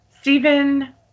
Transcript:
Stephen